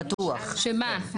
שמה?